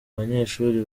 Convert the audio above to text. banyeshuri